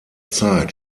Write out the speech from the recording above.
zeit